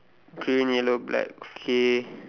green yellow black okay